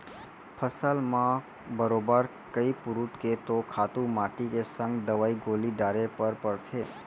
फसल म बरोबर कइ पुरूत के तो खातू माटी के संग दवई गोली डारे बर परथे